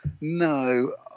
no